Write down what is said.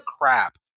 crap